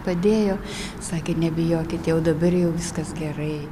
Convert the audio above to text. padėjo sakė nebijokit jau dabar jau viskas gerai